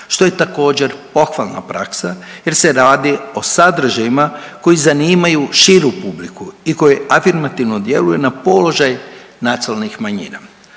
što je također pohvalna praksa jer se radi o sadržajima koji zanimaju širu publiku i koji afirmativno djeluje na položaj nacionalnih manjina.